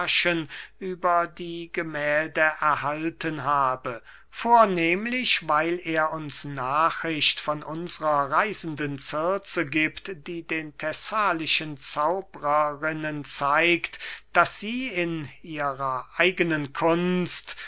über die gemählde erhalten habe vornehmlich weil er uns nachricht von unsrer reisenden circe giebt die den thessalischen zauberinnen zeigt daß sie in ihrer eigenen kunst